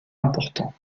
important